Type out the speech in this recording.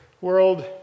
world